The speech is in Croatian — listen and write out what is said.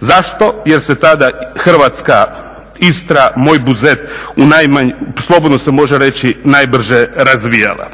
Zašto? Jer se tada Hrvatska Istra, moj Buzet, slobodno se može reći najbrže razvijala.